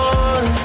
on